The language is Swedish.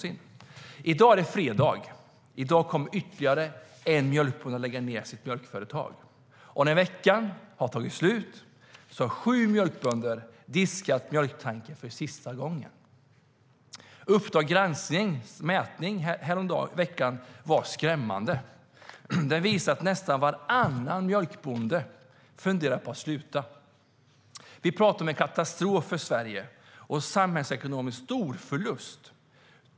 I dag är det fredag. I dag kommer ytterligare en mjölkbonde att lägga ned sitt mjölkföretag. Och när veckan har tagit slut har sju mjölkbönder diskat mjölktanken för sista gången. Uppdrag gransknings mätning häromveckan var skrämmande. Den visade att nästan varannan mjölkbonde funderar på att sluta. Vi pratar om en katastrof för Sverige och en samhällsekonomiskt stor förlust.